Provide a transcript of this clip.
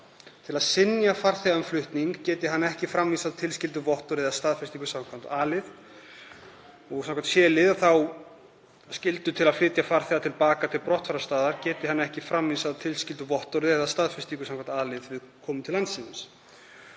til að synja farþega um flutning geti hann ekki framvísað tilskildu vottorði eða staðfestingu samkvæmt a-lið. C-liður fjallar um skyldu til að flytja farþega til baka til brottfararstaðar geti hann ekki framvísað tilskildu vottorði eða staðfestingu samkvæmt a-lið við komu til landsins.